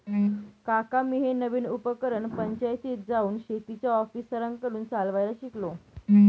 काका मी हे नवीन उपकरण पंचायतीत जाऊन शेतीच्या ऑफिसरांकडून चालवायला शिकलो